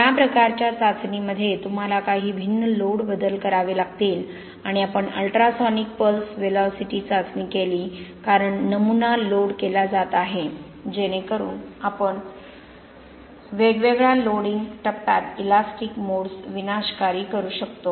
या प्रकारच्या चाचणीमध्ये तुम्हाला काही भिन्न लोड बदल करावे लागतील आणि आपण अल्ट्रासोनिक पल्स वेलोसिटी चाचणी केली कारण नमुना लोड केला जात आहे जेणेकरून आपण वेगवेगळ्या लोडिंग टप्प्यांत इलॅस्टिक मोडस विनाशकारी करू शकतो